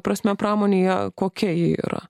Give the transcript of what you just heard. prasme pramonėje kokia ji yra